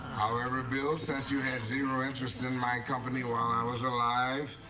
however, bill, since you had zero interest in my company while i was alive,